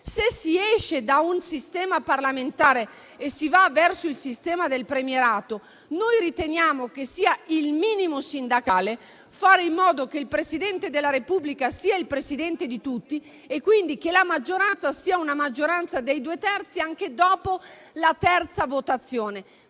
Se si esce da un sistema parlamentare e si va verso il sistema del premierato, riteniamo che sia il minimo sindacale fare in modo che il Presidente della Repubblica sia il Presidente di tutti e quindi che la maggioranza sia dei due terzi anche dopo la terza votazione.